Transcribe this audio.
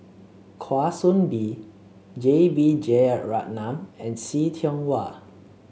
Kwa Soon Bee J B Jeyaretnam and See Tiong Wah